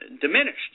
diminished